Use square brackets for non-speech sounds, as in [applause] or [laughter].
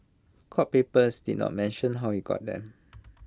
court papers did not mention how he got them [noise]